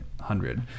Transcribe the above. hundred